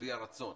משביע רצון.